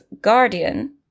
guardian